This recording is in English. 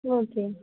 okay